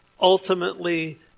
ultimately